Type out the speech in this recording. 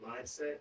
mindset